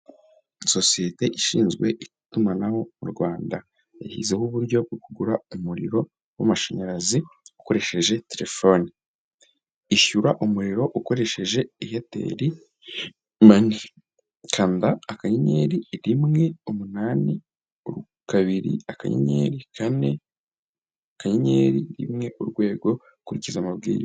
Sosiyete ishinzwe itumanaho mu Rwanda, yashyizeho uburyo bwo kugura umuriro w'amashanyarazi ukoresheje telefone. Ishyura umuriro ukoresheje Airtel money. Kanda akanyenyeri, rimwe, umunani, kabiri, akanyenyeri, kane, akanyenyeri, rimwe, urwego, ukurikize amabwiriza.